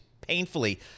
painfully